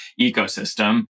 ecosystem